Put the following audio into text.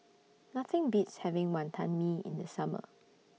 Nothing Beats having Wonton Mee in The Summer